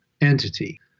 entity